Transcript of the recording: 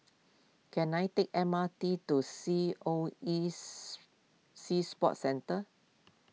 can I take the M R T to C O E Sea Sports Centre